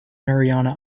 mariana